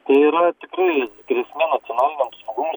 tai yra tikrai grėsmė nacionaliniam saugumui